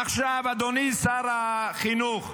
אדוני שר החינוך,